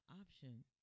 option